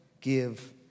give